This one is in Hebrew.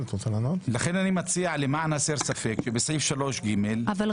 לכן אני מציע למען הסר ספק כי בסעיף 3(ג) לרבות